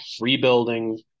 rebuilding